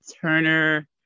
Turner